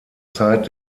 zeit